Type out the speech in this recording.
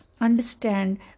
understand